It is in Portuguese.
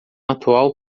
atual